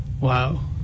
Wow